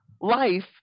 life